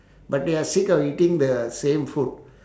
but they are sick of eating the same food